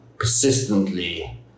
persistently